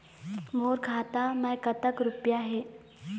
मोर खाता मैं कतक रुपया हे?